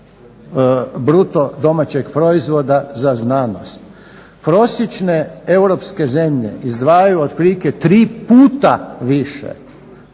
nešto više od 0,7% BDP-a za znanost. Prosječne europske zemlje izdvajaju otprilike 3 puta više.